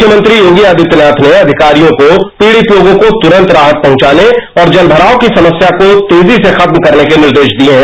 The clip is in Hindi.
मुख्यमंत्री योगी आदित्यनाथ ने अधिकारियों को पीड़ित लोगों को तुरन्त राहत पहुंचाने और जल भराव की समस्या को तेजी से खत्म करने के निर्देश दिये हैं